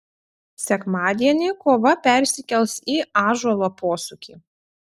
sekmadienį kova persikels į ąžuolo posūkį